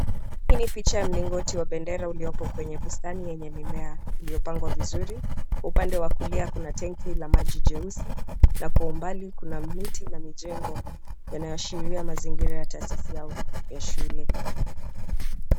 Hii ni picha ya mlingoti wa bendera uliopo kwenye bustani yenye mimea iliyopangwa vizuri. Kwa upande wa kulia kuna tanki la maji jeusi na kwa umbali kuna miti na mijengo yanayoashiria mazingira ya taasisi au ya shule.